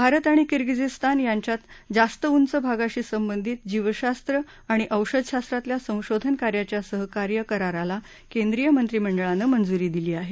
भारत आणि किर्गिझस्तान यांच्यात जास्त उच भागाशी संबंधित जीवशास्त्र आणि औषधशास्त्रातल्या संशोधन कार्याच्या सहकार्य कराराला केंद्रीय मंत्रिमंडळानं मंजुरी दिली आहे